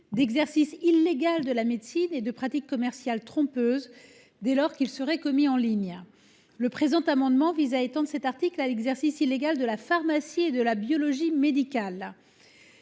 d’exercice illégal de la médecine et de pratiques commerciales trompeuses dès lors qu’ils seraient commis en ligne. Le présent amendement vise à étendre les dispositions de cet article à l’exercice illégal de la pharmacie et de la biologie médicale.